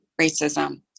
racism